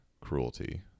cruelty